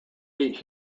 eat